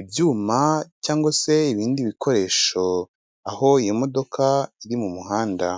ibyuma cyangwa se ibindi bikoresho aho iyi modoka iri mu muhanda.